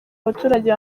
baturage